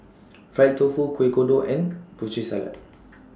Fried Tofu Kueh Kodok and Putri Salad